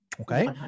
okay